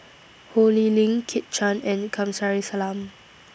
Ho Lee Ling Kit Chan and Kamsari Salam